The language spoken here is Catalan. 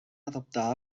adoptar